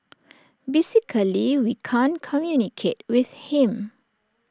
basically we can't communicate with him